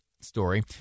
story